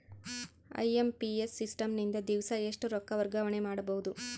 IMPS system ನಿಂದ ದಿವಸಾ ಎಷ್ಟ ರೊಕ್ಕ ವರ್ಗಾವಣೆ ಮಾಡಬಹುದು?